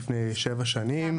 לפני שבע שנים.